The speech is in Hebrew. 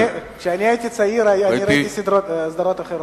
לא, כשאני הייתי צעיר ראיתי סדרות אחרות.